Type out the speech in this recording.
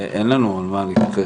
אין לנו מה להתייחס.